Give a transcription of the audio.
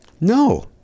No